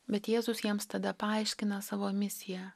bet jėzus jiems tada paaiškina savo misiją